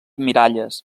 miralles